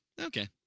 Okay